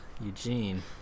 Eugene